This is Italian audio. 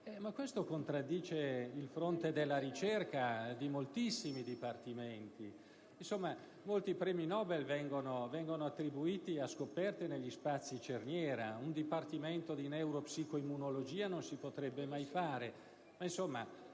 Ma questo contraddice il fronte della ricerca di moltissimi dipartimenti: pensiamo solo che molti premi Nobel vengono attribuiti a scoperte negli spazi cerniera e al fatto che un dipartimento di neuro-psico-immunologia non si potrebbe mai fare.